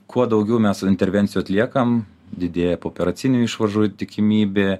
kuo daugiau mes intervencijų atliekam didėja pooperacinių išvaržų tikimybė